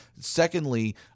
Secondly